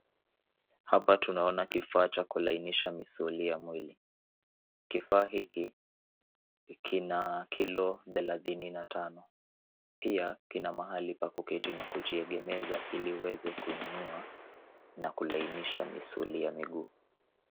Hapa tunaona kifaa cha kulainisha misuli ya mwili. Kifaa hiki kina kilo thelathini na tano. Pia kina mahali pa kuketi na kujiegemeza ili uweze kuinua na kulainisha misuli ya miguu.